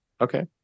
Okay